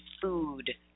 food